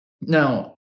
Now